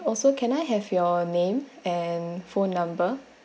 also can I have your name and phone number